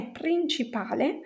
principale